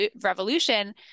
Revolution